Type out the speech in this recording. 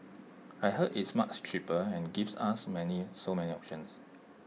I heard it's much cheaper and gives us many so many options